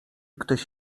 ktoś